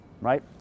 right